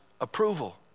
approval